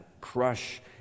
crush